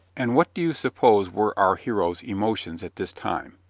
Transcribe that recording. and what do suppose were our hero's emotions at this time?